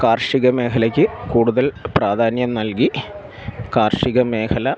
കാർഷിക മേഖലയ്ക്കു കൂടുതൽ പ്രാധാന്യം നൽകി കാർഷിക മേഖല